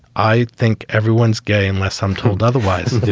i think everyone's gay unless i'm told otherwise.